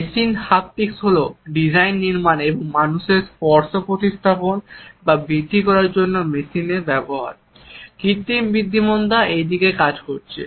machine haptics হল design নির্মাণ এবং মানুষের স্পর্শ প্রতিস্থাপন বা বৃদ্ধি করার জন্য মেশিনের ব্যবহার আরটিফিসিয়াল ইন্টেলিজেন্ট এই দিকে কাজ করছে